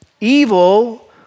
evil